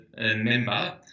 member